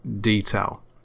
detail